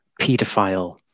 pedophile